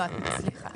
סליחה,